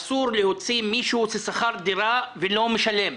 אסור להוציא מישהו ששכר דירה ולא משלם.